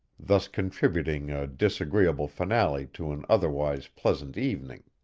thus contributing a disagreeable finale to an otherwise pleasant evening.